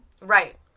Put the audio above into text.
right